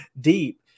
deep